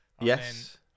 Yes